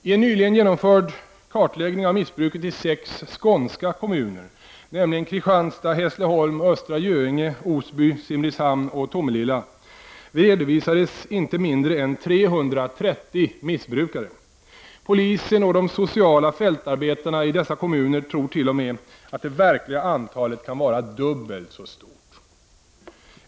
I en nyligen genomförd kartläggning av missbruket i sex skånska kommuner, nämligen Kristianstad, Hässleholm, Östra Göinge, Osby, Simrishamn och Tomelilla redovisades inte mindre än 330 missbrukare. Polisen och de sociala fältarbetarna i dessa kommuner tror t.o.m. att det verkliga antalet kan vara dubbelt så stort.